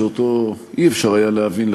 שאותו לא היה אפשר להבין,